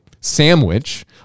sandwich